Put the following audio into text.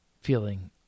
feeling